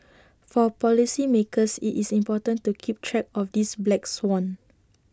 for policymakers IT is important to keep track of this black swan